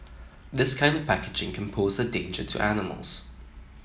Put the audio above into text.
this kind of packaging can pose a danger to animals